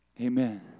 Amen